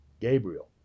Gabriel